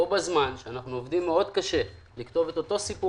בו בזמן שאנחנו עובדים מאוד קשה לכתוב את אותו סיפור